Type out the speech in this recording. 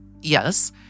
Yes